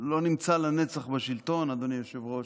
לא נמצא לנצח בשלטון, אדוני היושב-ראש,